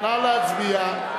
נא להצביע.